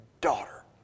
Daughter